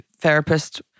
therapist